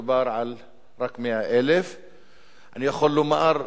דובר רק על 100,000. אני יכול לומר,